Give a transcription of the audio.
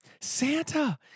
Santa